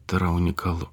tai yra unikalu